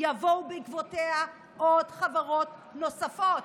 יבואו בעקבותיה חברות נוספות.